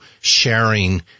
sharing